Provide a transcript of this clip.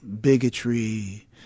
bigotry